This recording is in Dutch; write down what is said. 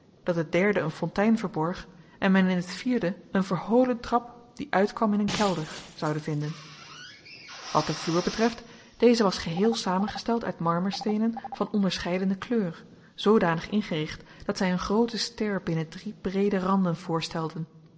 dat het derde een fontein verborg en men in het vierde een verholen trap die uitquam in een kelder zoude vinden wat den vloer betreft deze was geheel samengesteld uit marmersteenen van onderscheidene kleur zoodanig ingericht dat zij een groote ster binnen drie breede randen voorstelden